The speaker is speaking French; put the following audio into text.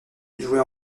jouait